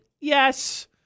yes